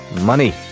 money